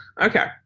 Okay